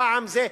פעם זה,